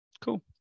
cool